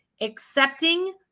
Accepting